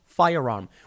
firearm